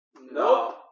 No